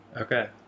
Okay